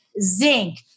zinc